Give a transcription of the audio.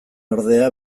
ordea